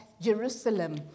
Jerusalem